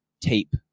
tape